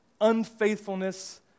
unfaithfulness